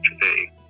today